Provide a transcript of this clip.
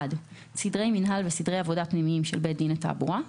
(1)סדרי מינהל וסדרי עבודה פנימיים של בית דין לתעבורה,